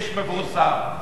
איש מפורסם?